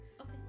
Okay